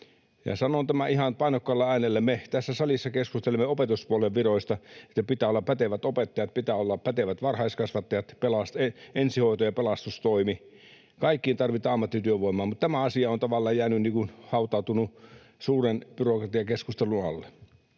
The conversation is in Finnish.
sanon tämän ihan painokkaalla äänellä. Me tässä salissa keskustelimme opetuspuolen viroista, että pitää olla pätevät opettajat, pitää olla pätevät varhaiskasvattajat, ensihoito ja pelastustoimi. Kaikkiin tarvitaan ammattityövoimaa, mutta tämä asia on tavallaan hautautunut suuren byrokratiakeskustelun alle.